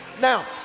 Now